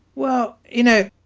well, you know,